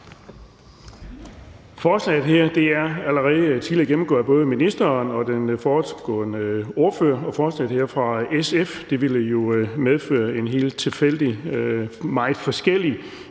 Forslaget her fra SF er allerede blevet gennemgået af både ministeren og den foregående ordfører. Forslaget ville jo medføre en helt tilfældig og meget forskellig